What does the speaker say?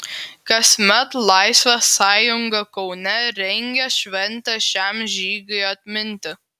kasmet laisvės sąjunga kaune rengia šventę šiam žygiui atminti